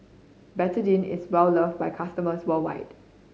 Betadine is well loved by customers worldwide